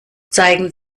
zeigen